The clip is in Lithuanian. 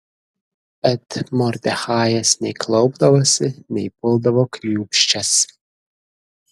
bet mordechajas nei klaupdavosi nei puldavo kniūbsčias